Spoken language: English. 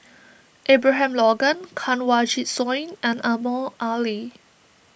Abraham Logan Kanwaljit Soin and Omar Ali